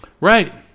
Right